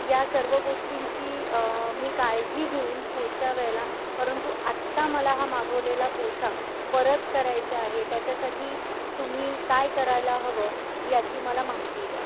या सर्व गोष्टींची मी काळजी घेईन पुढच्या वेळेला परंतु आत्ता मला हा मागवलेला पोशाख परत करायचा आहे त्याच्यासाठी तुम्ही काय करायला हवं याची मला माहिती द्या